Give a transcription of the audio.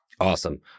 Awesome